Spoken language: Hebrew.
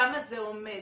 שם זה עומד.